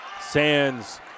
Sands